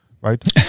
right